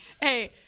Hey